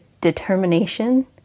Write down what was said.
determination